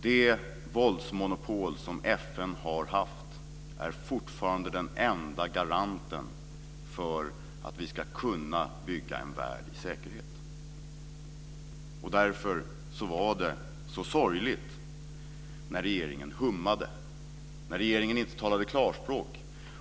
Det våldsmonopol som FN har haft är fortfarande den enda garanten för att vi ska kunna bygga en värld i säkerhet. Därför var det så sorgligt när regeringen hummade och inte talade klarspråk.